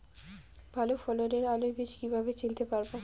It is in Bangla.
ভালো ফলনের আলু বীজ কীভাবে চিনতে পারবো?